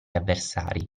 avversari